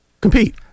Compete